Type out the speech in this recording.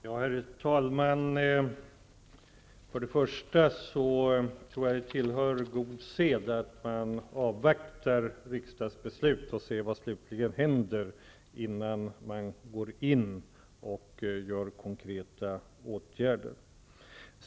Herr talman! Först och främst tycker jag att det tillhör god sed att man avvaktar riksdagsbeslut och ser vad som händer innan man går in och vidtar konkreta åtgärder.